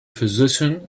physician